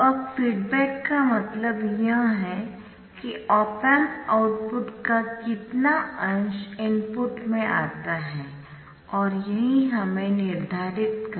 तो अब फीडबैक का मतलब यह है कि ऑप एम्प आउटपुट का कितना अंश इनपुट में आता है और यही हमें निर्धारित करना है